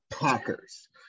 Packers